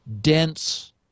dense